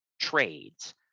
trades